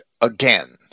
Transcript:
again